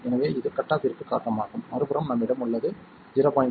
எனவே இது கட் ஆஃப்ற்குக் காரணமாகும் மறுபுறம் நம்மிடம் உள்ளது 0